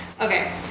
okay